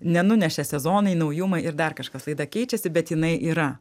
nenunešė sezonai naujumai ir dar kažkas tada keičiasi bet jinai yra